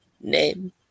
name